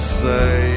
say